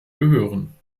gehören